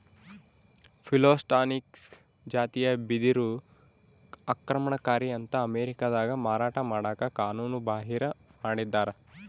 Phyllostachys ಜಾತಿಯ ಬಿದಿರು ಆಕ್ರಮಣಕಾರಿ ಅಂತ ಅಮೇರಿಕಾದಾಗ ಮಾರಾಟ ಮಾಡಕ ಕಾನೂನುಬಾಹಿರ ಮಾಡಿದ್ದಾರ